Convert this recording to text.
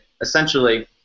essentially